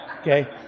okay